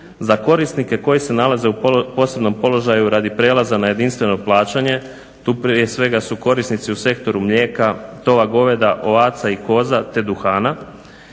za korisnije koji se nalaze u posebnom položaju radi prijelaza na jedinstveno plaćanje. Tu prije svega su korisnici u sektoru mlijeka, tova goveda, ovaca i koza, te duhana